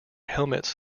helmets